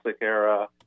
era